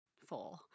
four